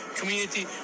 community